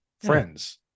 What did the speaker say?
friends